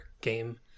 game